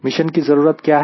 mission की जरूरत है क्या है